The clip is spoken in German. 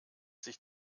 sich